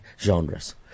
genres